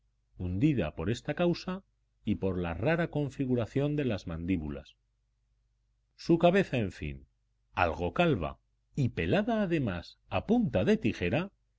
hundida por esta causa y por la rara configuración de las mandíbulas su cabeza en fin algo calva y pelada además a punta de tijera